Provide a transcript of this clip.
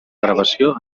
gravació